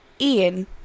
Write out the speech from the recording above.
Ian